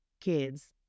kids